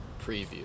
preview